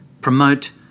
Promote